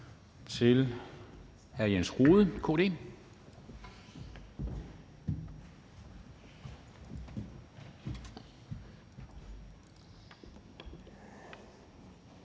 til hr. Jens Rohde, KD.